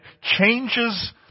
changes